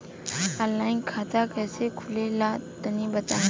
Offline खाता कइसे खुले ला तनि बताई?